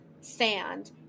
sand